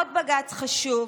עוד בג"ץ חשוב,